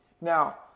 Now